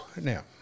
Now